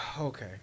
Okay